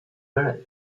allein